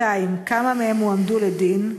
כמה מהם הועמדו לדין?